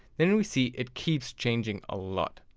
then we see it keeps changing a lot.